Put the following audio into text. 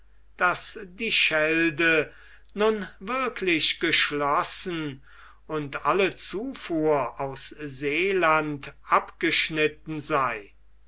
daß die schelde nun wirklich geschlossen und alle zufuhr aus seeland abgeschnitten sei